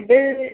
ଏବେ